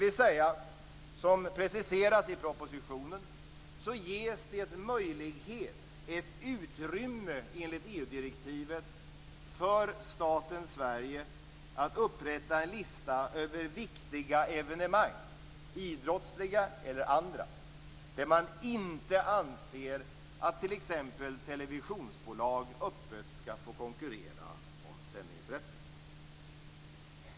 Alltså: Som preciseras i propositionen ges det möjlighet, enligt EU-direktiven ett utrymme, för staten Sverige att upprätta en lista över viktiga evenemang, idrottsliga eller andra, där man inte anser att t.ex. televisionsbolag öppet skall få konkurrera om sändningsrätten.